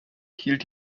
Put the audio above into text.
hielt